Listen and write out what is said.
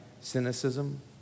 cynicism